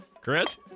Chris